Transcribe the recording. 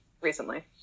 Recently